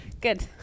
Good